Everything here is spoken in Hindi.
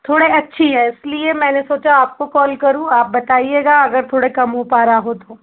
थोड़े अच्छी है इसलिये मैने सोचा आपको कॉल करूँ आप बताइएगा अगर थोड़े कम हो पा रहा हो तो